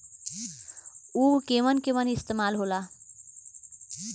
उव केमन केमन इस्तेमाल हो ला?